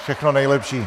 Všechno nejlepší.